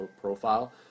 profile